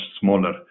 smaller